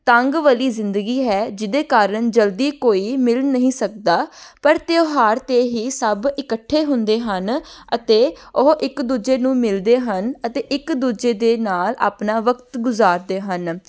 ਤੰਗ ਵਾਲੀ ਜ਼ਿੰਦਗੀ ਹੈ ਜਿਹਦੇ ਕਾਰਨ ਜਲਦੀ ਕੋਈ ਮਿਲ ਨਹੀਂ ਸਕਦਾ ਪਰ ਤਿਉਹਾਰ 'ਤੇ ਹੀ ਸਭ ਇਕੱਠੇ ਹੁੰਦੇ ਹਨ ਅਤੇ ਉਹ ਇੱਕ ਦੂਜੇ ਨੂੰ ਮਿਲਦੇ ਹਨ ਅਤੇ ਇੱਕ ਦੂਜੇ ਦੇ ਨਾਲ ਆਪਣਾ ਵਕਤ ਗੁਜ਼ਾਰਦੇ ਹਨ